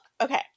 Okay